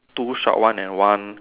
two short one and one